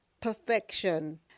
perfection